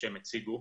שהם הציגו.